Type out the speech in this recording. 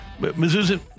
Mizzou's